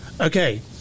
Okay